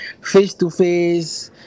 face-to-face